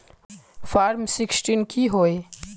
Form sixteen की होय?